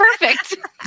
perfect